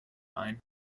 ein